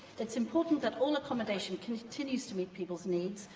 it's important that all accommodation continues to meet people's needs,